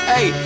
Hey